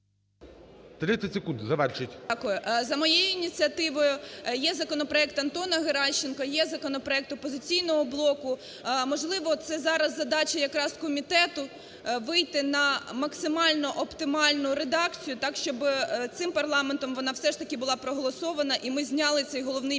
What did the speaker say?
…за моєю ініціативою, є законопроект Антона Геращенка, є законопроект "Опозиційного блоку". Можливо, це зараз задача якраз комітету – вийти на максимально оптимальну редакцію так, щоби цим парламентом вона все ж таки була проголосована і ми зняли цей "головний біль"